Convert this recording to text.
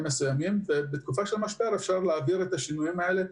מסוימים ובתקופה של משבר אפשר להעביר את השינויים הללו,